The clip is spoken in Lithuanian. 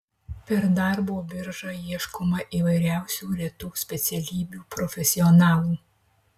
per darbo biržą ieškoma įvairiausių retų specialybių profesionalų